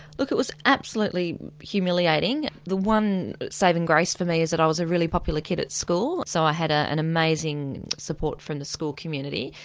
look it was absolutely humiliating. the one saving grace for me is that i was a really popular kid at school, so i had ah an amazing support from the school community.